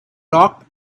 locked